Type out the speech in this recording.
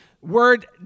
word